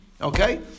Okay